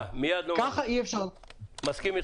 מסכים איתך.